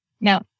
Now